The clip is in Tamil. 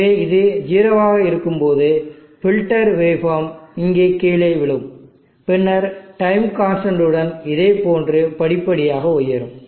எனவே இது 0 ஆக இருக்கும்போதுபில்டர் வேவ் ஃபார்ம் இங்கே கீழே விழும் பின்னர் டைம் கான்ஸ்டன்ட் உடன் இதேபோன்று படிப்படியாக உயரும்